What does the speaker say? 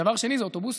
דבר שני זה אוטובוסים,